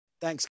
Thanks